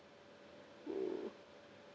mm